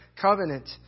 covenant